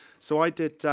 so i did,